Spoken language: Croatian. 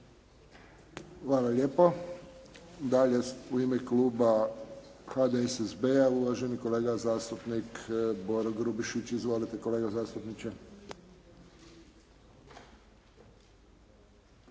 Hvala lijepo. Dalje, u ime kluba HDSSB-a uvaženi kolega zastupnik Boro Grubišić. Izvolite, kolega zastupniče.